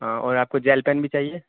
ہاں اور آپ کو جیل پین بھی چاہیے